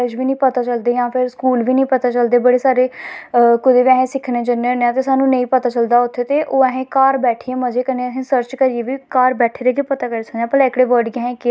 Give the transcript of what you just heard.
एहे नी दिक्खनां कि परानें जमानें की बातें हैं लेकिन ओह् नी दिक्खनां जेह्का साढ़ा पराना कल्चर ऐ उसी होर बड़ावा देओ तुस उसी अग्गैं लेई चलो जिन्नां होई सकै तुस अग्गैं लेई सकद् ओ उस कल्चर गी ठीक ऐ